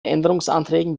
änderungsanträgen